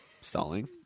Stalling